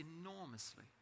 enormously